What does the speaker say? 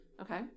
okay